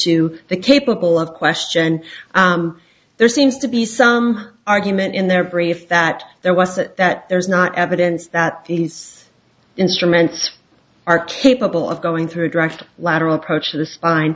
to the capable of question there seems to be some argument in their brief that there wasn't that there is not evidence that these instruments are capable of going through a direct lateral approach to the spine